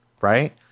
right